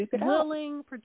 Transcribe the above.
willing